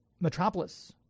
Metropolis